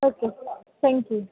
okay thank you